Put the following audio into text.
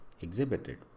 exhibited